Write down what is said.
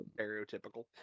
Stereotypical